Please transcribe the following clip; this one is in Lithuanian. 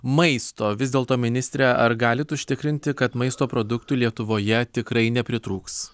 maisto vis dėlto ministre ar galit užtikrinti kad maisto produktų lietuvoje tikrai nepritrūks